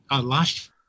last